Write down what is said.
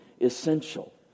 essential